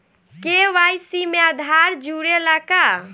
KYC में आधार जुड़े ला का?